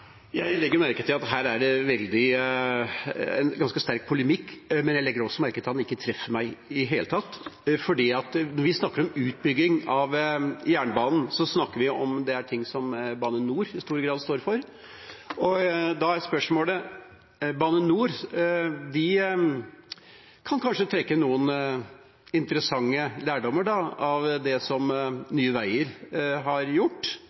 Jeg legger merke til at det er en ganske sterk polemikk her. Jeg legger også merke til at den ikke treffer meg i det hele tatt, for når vi snakker om utbygging av jernbanen, snakker vi om ting som Bane NOR i stor grad står for. Bane NOR kan kanskje trekke noen interessante lærdommer av det som Nye veier har gjort.